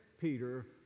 peter